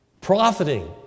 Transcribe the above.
Profiting